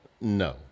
no